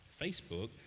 Facebook